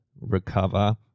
recover